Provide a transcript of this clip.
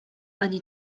ani